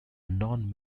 non